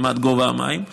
לפי מד גובה המים,